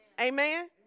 Amen